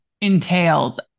entails